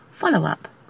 follow-up